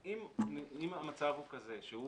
אם המצב הוא כזה שהוא